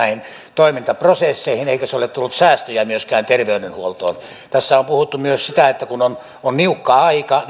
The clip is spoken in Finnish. toimintaprosesseihin eikä se ole tuonut säästöjä myöskään terveydenhuoltoon tässä on puhuttu myös sitä että kun on niukka aika